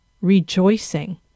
rejoicing